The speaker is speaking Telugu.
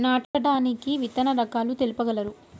నాటడానికి విత్తన రకాలు తెలుపగలరు?